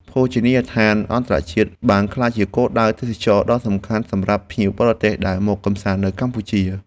ភោជនីយដ្ឋានអន្តរជាតិបានក្លាយជាគោលដៅទេសចរណ៍ដ៏សំខាន់សម្រាប់ភ្ញៀវបរទេសដែលមកកម្សាន្តនៅកម្ពុជា។